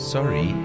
Sorry